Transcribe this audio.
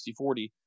60/40